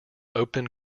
open